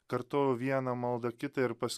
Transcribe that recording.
kartojau vieną maldą kitą ir pas